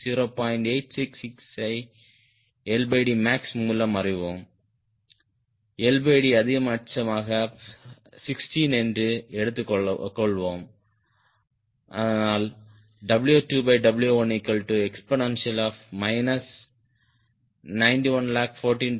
866 ஐ max மூலம் அறிவோம் LD அதிகபட்சமாக 16 என்று எடுத்துக்கொள்வோம் W2W1exp 9114000 ∗ 0